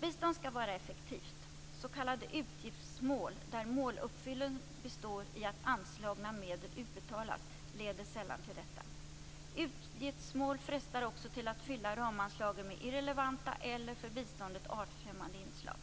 Bistånd skall vara effektivt. S.k. utgiftsmål, där måluppfyllelsen består i att anslagna medel utbetalas, leder sällan till detta. Utgiftsmål frestar också till att fylla ramanslagen med irrelevanta eller för biståndet artfrämmande inslag.